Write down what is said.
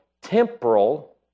temporal